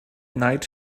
night